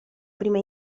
prima